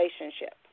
relationship